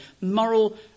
moral